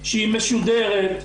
שהיא משודרת,